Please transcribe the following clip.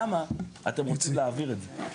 למה אתם רוצים להעביר את זה מכם?